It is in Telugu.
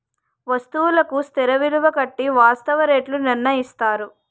వస్తువుకు స్థిర విలువ కట్టి వాస్తవ రేట్లు నిర్ణయిస్తారు